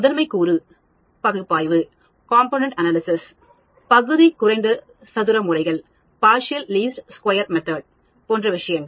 முதன்மை கூறு பகுப்பாய்வு பகுதி குறைந்தது சதுர முறை போன்ற விஷயங்கள்